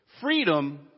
Freedom